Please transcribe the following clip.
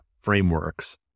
frameworks